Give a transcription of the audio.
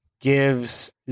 gives